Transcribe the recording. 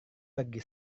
pergi